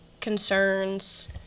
concerns